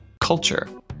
culture